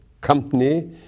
company